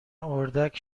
اردک